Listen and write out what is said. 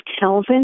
Kelvin